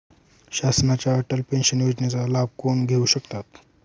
शासनाच्या अटल पेन्शन योजनेचा लाभ कोण घेऊ शकतात?